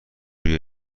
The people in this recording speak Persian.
روی